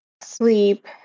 sleep